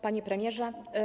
Panie Premierze!